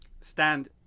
stand